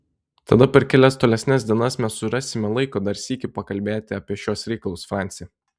tada per kelias tolesnes dienas mes surasime laiko dar sykį pakalbėti apie šiuos reikalus franci